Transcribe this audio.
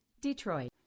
detroit